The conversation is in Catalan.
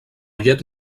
llet